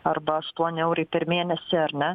arba aštuoni eurai per mėnesį ar ne